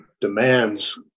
demands